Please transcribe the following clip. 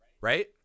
Right